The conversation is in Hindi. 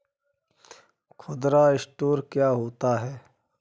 खुदरा स्टोर क्या होता है?